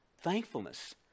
Thankfulness